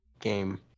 game